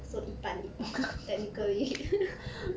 so 一半一半 technically